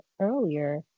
earlier